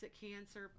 Cancer